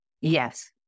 Yes